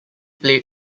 played